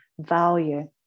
value